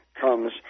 comes